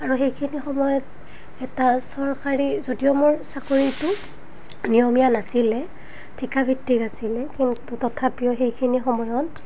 আৰু সেইখিনি সময়ত এটা চৰকাৰী যদিও মোৰ চাকৰিটো নিয়মীয়া নাছিলে ঠিকাভিত্তিক আছিলে কিন্তু তথাপিও সেইখিনি সময়ত